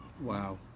Wow